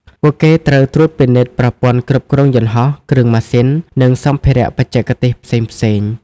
ពួកគេត្រូវត្រួតពិនិត្យប្រព័ន្ធគ្រប់គ្រងយន្តហោះ គ្រឿងម៉ាស៊ីន និងសម្ភារៈបច្ចេកទេសផ្សេងៗ។